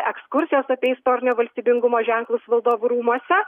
ekskursijos apie istorinio valstybingumo ženklus valdovų rūmuose